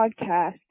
podcast